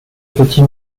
petit